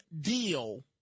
deal